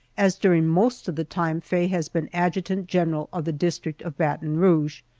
as during most of the time faye has been adjutant general of the district of baton rouge,